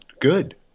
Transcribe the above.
good